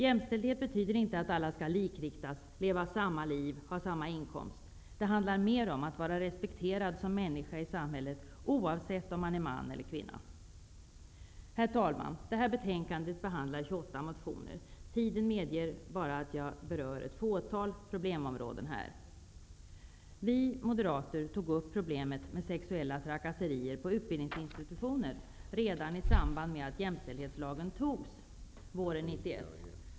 Jämställdhet betyder inte att alla skall likriktas, leva samma liv, ha samma inkomst. Det handlar mer om att vara respekterad som människa i samhället, oavsett om man är man eller kvinna. Herr talman! I det här betänkandet behandlas 28 motioner. Tiden medger bara att jag här berör ett fåtal problemområden. Vi moderater tog upp problemet med sexuella trakasserier på utbildningsinstitutioner redan i samband med att jämställdhetslagen antogs våren 1991.